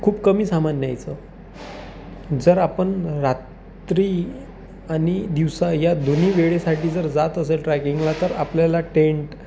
खूप कमी सामान न्यायचं जर आपण रात्री आणि दिवसा या दोन्ही वेळेसाठी जर जात असेल ट्रॅकिंगला तर आपल्याला टेंट